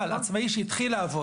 אבל עצמאי שהתחיל לעבוד,